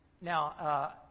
now